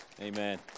Amen